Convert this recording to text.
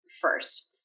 first